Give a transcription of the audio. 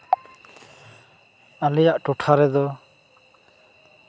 ᱟᱞᱮᱭᱟᱜ ᱴᱚᱴᱷᱟ ᱨᱮᱫᱚ